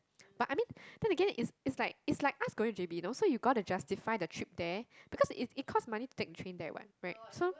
but I mean then again it's it's like it's like us going to J_B you know so you gotta justify the trip there because it it cost money to take the train there what right so